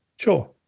Sure